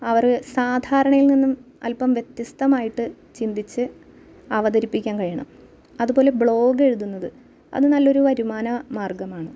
അവർ സാധാരണയില് നിന്നും അല്പം വ്യത്യസ്തമായിട്ട് ചിന്തിച്ച് അവതരിപ്പിക്കാൻ കഴിയണം അതുപോലെ ബ്ലോഗെഴ്തുന്നത് അത് നല്ലൊരു വരുമാന മാര്ഗ്ഗമാണ്